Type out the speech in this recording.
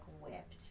whipped